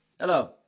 Hello